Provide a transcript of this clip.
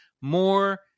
more